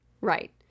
right